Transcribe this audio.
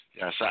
yes